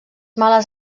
males